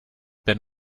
been